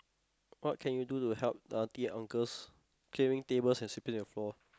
what can you do to help the auntie uncles clearing tables and sweeping the floor